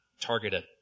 targeted